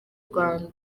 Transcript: rwanda